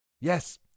Yes